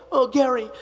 oh, gary.